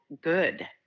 good